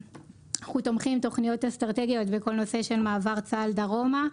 אנחנו תומכים עם תוכניות אסטרטגיות בכל הנושא של מעבר צה"ל דרומה.